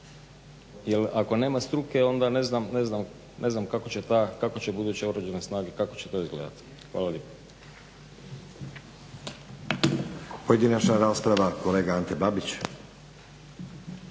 jer ako nema struke onda ne znam kako će ubuduće Oružane snage kako će to izgledati. Hvala lijepa. **Stazić, Nenad (SDP)** Pojedinačna rasprava. Kolega Ante Babić.